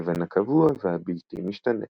לבין הקבוע והבלתי משתנה.